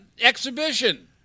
exhibition